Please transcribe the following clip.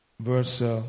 verse